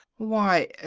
why,